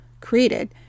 created